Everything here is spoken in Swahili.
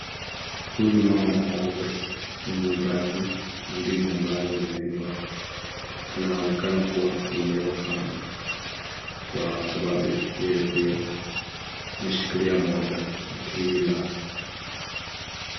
Huyu mama mkongwe ni muuzaji wa ndizi ambazo zimeiva. Zinaonekana yakua yameiva sana kwa sababu yeye pia ameshikilia moja iliyoiva sana aki ila.